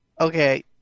Okay